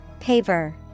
Paver